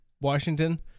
Washington